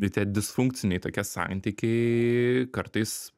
tai tie disfunkciniai tokie santykiai kartais